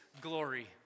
glory